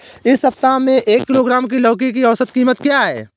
इस सप्ताह में एक किलोग्राम लौकी की औसत कीमत क्या है?